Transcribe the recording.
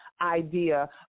idea